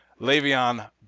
Le'Veon